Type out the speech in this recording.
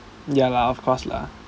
ya lah of course lah